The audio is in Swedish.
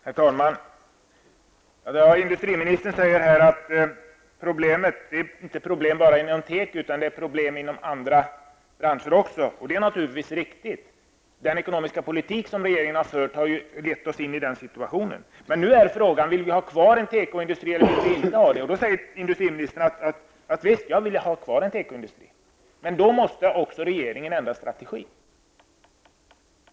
Herr talman! Industriministern säger att problemet inte bara är ett problem inom tekoindustrin utan att det finns inom andra branscher också, och det är naturligtvis riktigt. Den ekonomiska politik som regeringen har fört har lett oss in i den situationen. Men nu är frågan om vi vill ha kvar en tekoindustri eller inte. Industriministern säger: Visst, jag vill ha kvar en tekoindustri. Men då måste också regeringen ändra strategi.